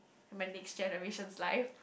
my next generation's life